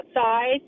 outside